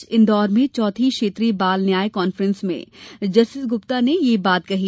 आज इंदौर में चौथी क्षेत्रीय बाल न्याय कान्फ्रेस में जस्टिस गुप्ता ने यह बात कहीं